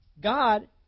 God